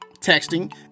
texting